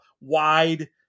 wide